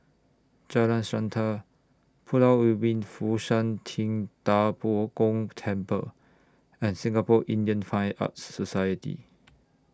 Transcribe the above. Jalan Srantan Pulau Ubin Fo Shan Ting DA Bo Gong Temple and Singapore Indian Fine Arts Society